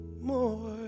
more